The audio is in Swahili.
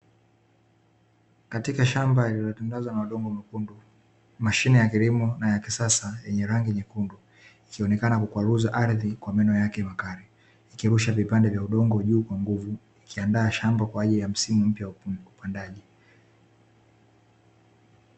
Katika shamba lililotandazwa na udongo mwekundu, mashine ya kilimo na ya kisasa yenye rangi nyekundu ikionekana kukwaruza ardhi kwa meno yake makali. Ikirusha vipande vya udongo kwa juu kwa nguvu, ikiandaa shamba kwa ajili ya msimu mpya wa upandaji.